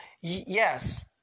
yes